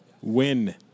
Win